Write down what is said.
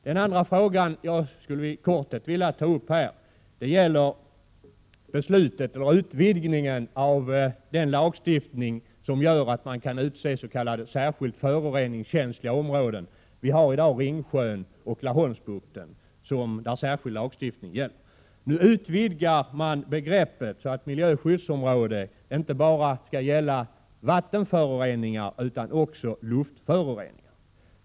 Den andra fråga jag i korthet vill ta upp gäller utvidgningen av den lagstiftning som gör att man kan utse s.k. särskilt föroreningskänsliga områden. Vi har i dag Ringsjön och Laholmsbukten, där särskild lagstiftning gäller. Nu utvidgar man begreppet så att miljöskyddsområde inte bara skall gälla vattenföroreningar utan också luftföroreningar.